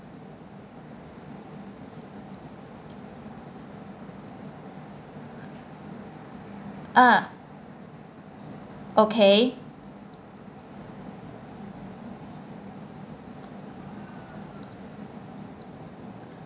ah okay